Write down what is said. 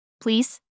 Please